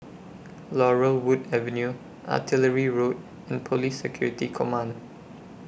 Laurel Wood Avenue Artillery Road and Police Security Command